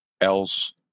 else